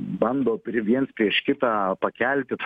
bando pri viens prieš kitą pakelti